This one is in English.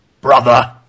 Brother